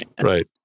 Right